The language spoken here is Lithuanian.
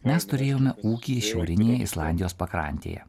mes turėjome ūkį šiaurinėje islandijos pakrantėje